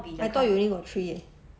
I thought you only got three eh